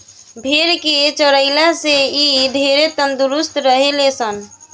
भेड़ के चरइला से इ ढेरे तंदुरुस्त रहे ले सन